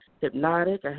hypnotic